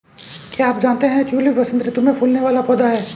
क्या आप जानते है ट्यूलिप वसंत ऋतू में फूलने वाला पौधा है